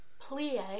Plie